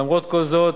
למרות כל זאת,